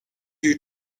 you